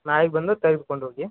ನಾಳೆಗೆ ಬಂದು ತೆಗೆದ್ಕೊಂಡು ಹೋಗಿ